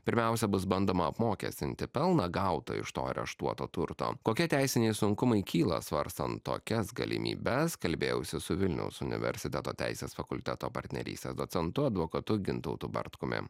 pirmiausia bus bandoma apmokestinti pelną gautą iš to areštuoto turto kokie teisiniai sunkumai kyla svarstant tokias galimybes kalbėjausi su vilniaus universiteto teisės fakulteto partnerystės docentu advokatu gintautu bartkumi